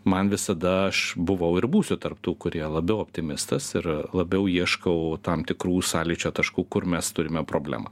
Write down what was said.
man visada aš buvau ir būsiu tarp tų kurie labiau optimistas ir labiau ieškau tam tikrų sąlyčio taškų kur mes turime problemą